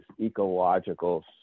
ecological